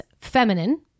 feminine